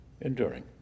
enduring